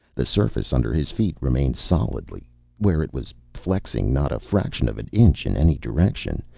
the surface under his feet remained stolidly where it was, flexing not a fraction of an inch in any direction.